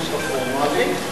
פורמלית?